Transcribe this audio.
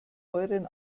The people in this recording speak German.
euren